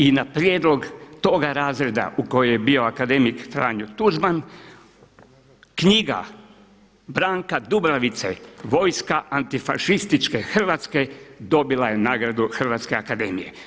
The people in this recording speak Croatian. I na prijedlog toga razreda u kojem je bio akademik Franjo Tuđman, knjiga Branka Dubravice „Vojska antifašističke Hrvatske“ dobila je nagradu Hrvatske akademije.